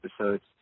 episodes